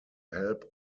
help